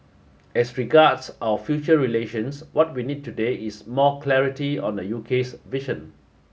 as regards our future relations what we need today is more clarity on the UK's vision